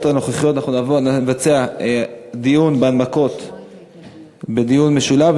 הנוכחיות אנחנו נבצע הנמקות בדיון משולב,